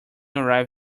arrive